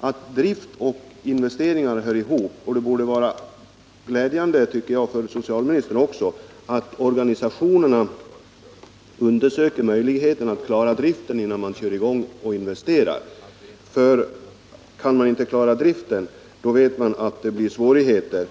att drift och investeringar hör ihop. 8 december 1978 Det borde vara glädjande för socialministern att organisationerna undersöker möjligheten att klara driften, innan man kör i gång och investerar, för kan man inte klara driften blir det svårigheter.